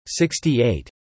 68